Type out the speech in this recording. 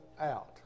out